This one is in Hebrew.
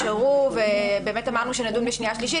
נשארו מספר נקודות לדיון בקריאה שנייה ושלישית,